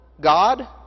God